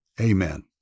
amen